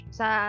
sa